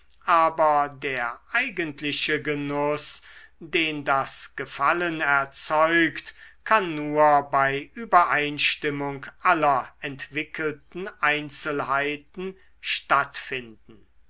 aber der eigentliche genuß den das gefallen erzeugt kann nur bei übereinstimmung aller entwickelten einzelheiten stattfinden